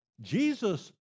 Jesus